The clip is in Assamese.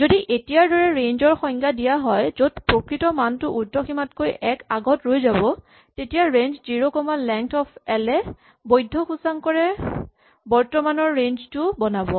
যদি এতিয়াৰ দৰে ৰেঞ্জ ৰ সংজ্ঞা দিয়া হয় য'ত প্ৰকৃত মানটো উৰ্দ্ধসীমাতকৈ এক আগত ৰৈ যাব তেতিয়া range zero comma length of L A বৈধ্য সূচাংকৰে বৰ্তমানৰ ৰেঞ্জ টো বনাব